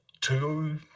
two